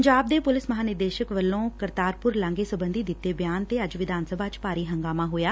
ਪੰਜਾਬ ਦੇ ਪੁਲਿਸ ਮਹਾਂਨਿਦੇਸਕ ਵੱਲੋਂ ਕਰਤਾਰਪੁਰ ਲਾਂਘੇ ਸਬੰਧੀ ਦਿੱਤੇ ਬਿਆਨ ਤੇ ਅੱਜ ਵਿਧਾਨ ਸਭਾ ਚ ਭਾਰੀ ਹੰਗਾਮਾ ਹੋਇਆ